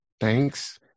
Thanks